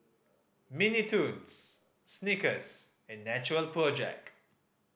Mini Toons Snickers and Natural Project